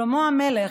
שלמה המלך,